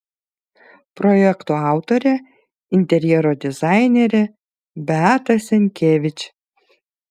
projekto autorė interjero dizainerė beata senkevič